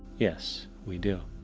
yes, we do.